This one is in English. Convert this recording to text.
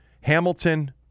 Hamilton